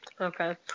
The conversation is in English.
Okay